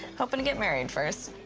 hopin' to get married first.